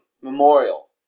Memorial